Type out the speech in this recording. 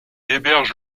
héberge